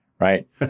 right